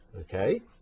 Okay